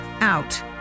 out